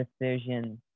decision